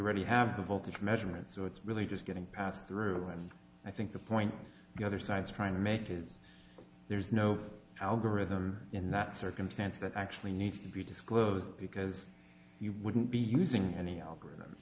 we really have a voltage measurements so it's really just getting passed through and i think the point the other side's trying to make is there's no algorithm in that circumstance that actually needs to be disclosed because you wouldn't be using any algorithm